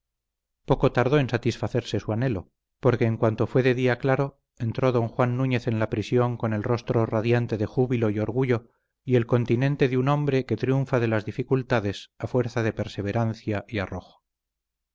poco tardó en satisfacerse su anhelo porque en cuanto fue de día claro entró don juan núñez en la prisión con el rostro radiante de júbilo y orgullo y el continente de un hombre que triunfa de las dificultades a fuerza de perseverancia s arrojo